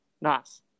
Nice